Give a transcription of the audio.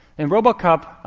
in robocup,